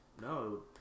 No